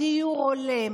דיור הולם,